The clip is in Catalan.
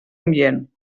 ambient